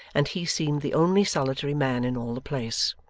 and he seemed the only solitary man in all the place.